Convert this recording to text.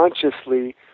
consciously